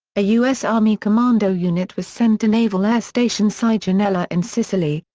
a u s. army commando unit was sent to naval air station sigonella in sicily,